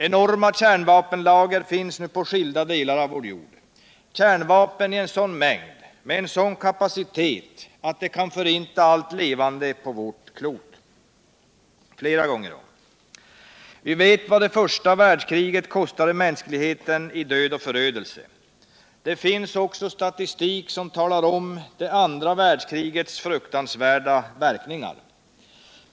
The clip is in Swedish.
Enorma kärnvapenlager finns nu i skilda delar av vår jord. Det finns kärnvapen i sådan mängd och av sådan kapacitet att de kan förinta allt levande på vårt klot flera gånger om. Vi vet vad det första världskriget kostade mänskligheten i död och förödelse. Det finns också statistik över det andra världskrigets fruktansvärda verkningar.